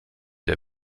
der